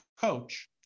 coach